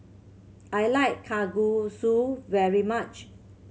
I like Kalguksu very much